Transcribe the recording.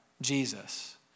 Jesus